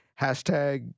hashtag